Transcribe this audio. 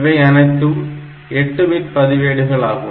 இவை அனைத்தும் 8 பிட் பதிவேடுகள் ஆகும்